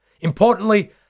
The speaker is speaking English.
Importantly